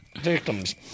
victims